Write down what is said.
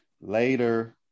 later